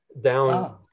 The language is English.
down